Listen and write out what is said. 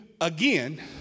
again